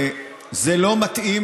זה לא מתאים,